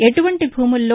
ఎటువంటి భూములలో